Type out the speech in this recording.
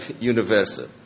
universal